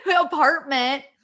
apartment